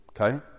okay